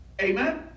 Amen